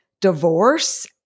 divorce